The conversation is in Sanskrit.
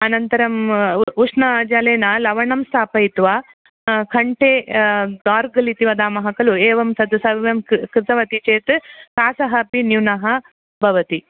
अनन्तरम् उष्णजलेन लवणं स्थापयित्वा कण्ठे गार्गल् इति वदामः खलु एवं तद् सर्वं कृतवति चेत् खासः अपि न्यूनः भवति